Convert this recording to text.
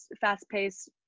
fast-paced